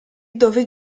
dove